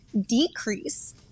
decrease